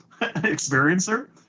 experiencer